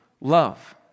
love